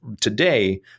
today